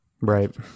Right